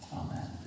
amen